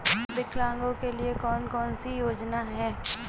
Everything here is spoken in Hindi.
विकलांगों के लिए कौन कौनसी योजना है?